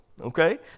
okay